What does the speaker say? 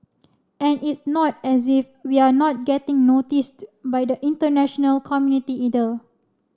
and it's not as if we're not getting noticed by the international community either